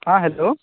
हाँ हेलो